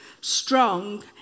strong